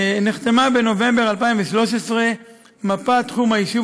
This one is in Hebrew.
נחתמה בנובמבר 2013 מפת תחום היישוב,